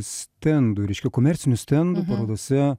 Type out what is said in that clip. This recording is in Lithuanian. stendų reiškia komercinių stendų parodose